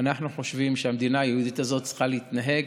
אנחנו חושבים שהמדינה היהודית הזאת צריכה להתנהג